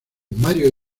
mario